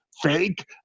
fake